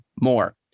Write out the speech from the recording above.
more